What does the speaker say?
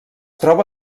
troba